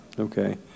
okay